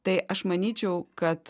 tai aš manyčiau kad